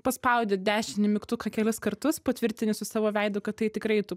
paspaudi dešinį mygtuką kelis kartus patvirtini su savo veidu kad tai tikrai tu